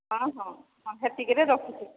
ହଁ ହଁ ସେତିକିରେ ରଖୁଛି